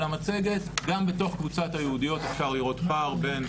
גם בתוך הקבוצות היהודיות אפשר לראות פער בין